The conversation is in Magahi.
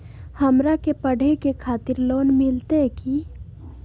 हमरा के पढ़े के खातिर लोन मिलते की?